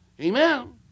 Amen